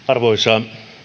arvoisa